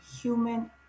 human